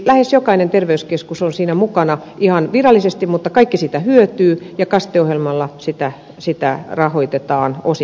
lähes jokainen terveyskeskus on siinä mukana ihan virallisesti mutta kaikki siitä hyötyvät ja kaste ohjelmalla sitä rahoitetaan osittain